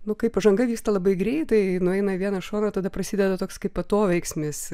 nu kai pažanga vyksta labai greitai nueina vieną šoną tada prasideda toks kaip atoveiksmis